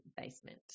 basement